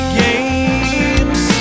games